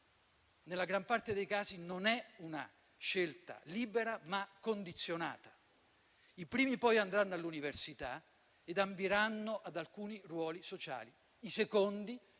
Nella gran parte dei casi non è una scelta libera, ma condizionata. I primi poi andranno all'università e ambiranno ad alcuni ruoli sociali. I secondi,